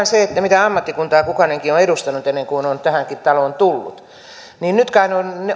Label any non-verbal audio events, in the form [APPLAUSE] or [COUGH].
[UNINTELLIGIBLE] se mitä ammattikuntaa kukin on edustanut ennen kuin on tähänkin taloon tullut nyt kai